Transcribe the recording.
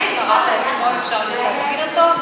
אחרי שקראת את שמו אפשר להזמין אותו?